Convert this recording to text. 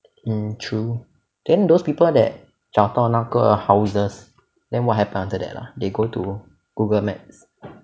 mm true then those people that 找到那个 houses then what happened after that ah they go to Google maps